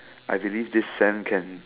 I believe this thing can